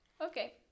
Okay